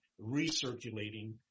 recirculating